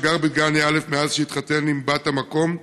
שגר בדגניה א' מאז שהתחתן עם בת המקום,